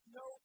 no